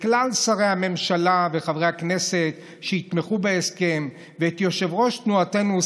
את כלל שרי הממשלה וחברי הכנסת שיתמכו בהסכם ואת יושב-ראש תנועתנו,